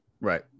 Right